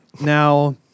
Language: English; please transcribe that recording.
Now